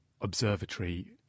observatory